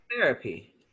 therapy